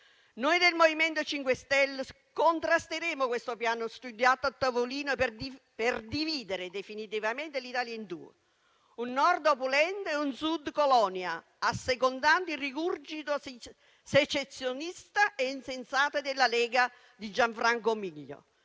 Noi del MoVimento 5 Stelle contrasteremo questo piano studiato a tavolino per dividere definitivamente l'Italia in due, un Nord opulento e un Sud colonia, assecondando il rigurgito secessionista e insensato della Lega di Gianfranco Miglio.